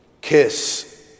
kiss